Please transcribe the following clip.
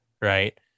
right